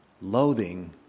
loathing